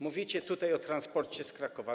Mówicie tutaj o transporcie z Krakowa.